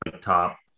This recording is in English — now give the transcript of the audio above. top